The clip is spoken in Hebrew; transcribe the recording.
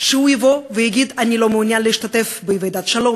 שהוא יבוא ויגיד: אני לא מעוניין להשתתף בוועידת שלום,